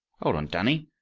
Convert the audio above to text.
hold on, danny,